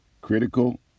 Critical